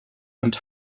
and